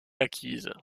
acquise